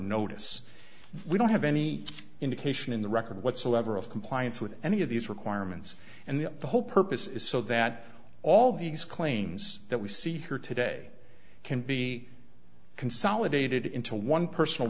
notice we don't have any indication in the record whatsoever of compliance with any of these requirements and the whole purpose is so that all these claims that we see here today can be consolidated into one personal